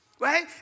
Right